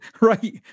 Right